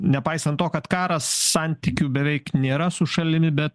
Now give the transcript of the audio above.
nepaisant to kad karas santykių beveik nėra su šalimi bet